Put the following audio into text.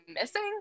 missing